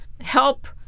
help